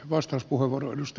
arvoisa puhemies